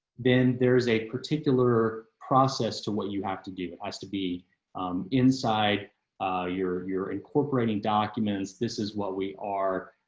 then there's a particular process to what you have to give us to be inside your, your incorporating documents. this is what we are.